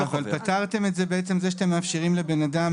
פתרתם את זה בכך שאתם מאפשרים לבן אדם